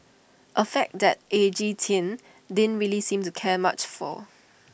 A fact that edgy teen didn't really seem to care much for